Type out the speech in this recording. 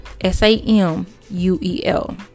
S-A-M-U-E-L